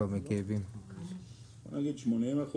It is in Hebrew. נגיד 80%,